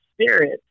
spirit